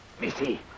Missy